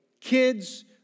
kids